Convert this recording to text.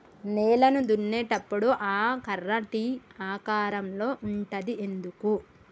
నేలను దున్నేటప్పుడు ఆ కర్ర టీ ఆకారం లో ఉంటది ఎందుకు?